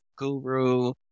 Guru